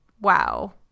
wow